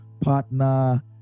partner